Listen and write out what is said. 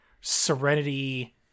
Serenity